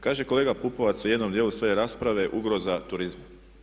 Kaže kolega Pupovac u jednom dijelu svoje rasprave ugroza turizma.